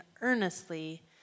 earnestly